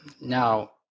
now